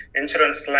insurance